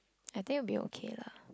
I think it would be okay lah